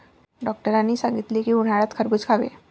डॉक्टरांनी सांगितले की, उन्हाळ्यात खरबूज खावे